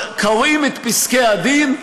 קוראים את פסקי הדין,